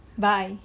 bye